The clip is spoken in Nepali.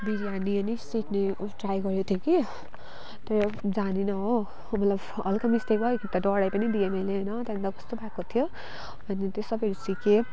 बिरयानी पनि सिक्ने ट्राई गरेको थिएँ कि तर जानिनँ हो मतलब हल्का मिस्टेक भयो एक खेप त डडाई पनि दिएँ मैले होइन त्यहाँदेखि त कस्तो पनि भएको थियो अनि त्यो सबैहरू सिकेँ